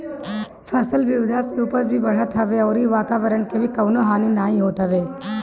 फसल विविधता से उपज भी बढ़त हवे अउरी वातवरण के भी कवनो हानि नाइ होत हवे